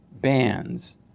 bands